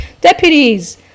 deputies